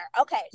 Okay